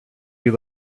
you